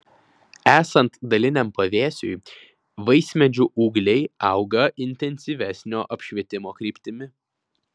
esant daliniam pavėsiui vaismedžių ūgliai auga intensyvesnio apšvietimo kryptimi